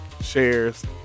shares